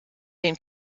den